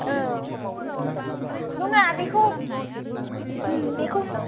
औ ओं नङा बिखौ ओं बेखौ